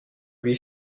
lui